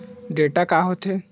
Data का होथे?